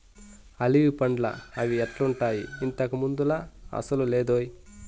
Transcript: olive పండ్లా అవి ఎట్టుండాయి, ఇంతకు ముందులా అసలు లేదోయ్